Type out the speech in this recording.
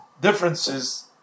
differences